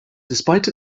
despite